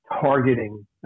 Targeting